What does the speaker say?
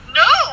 no